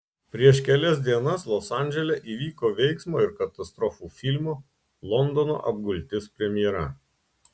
prieš kelias dienas los andžele įvyko veiksmo ir katastrofų filmo londono apgultis premjera